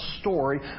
story